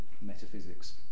metaphysics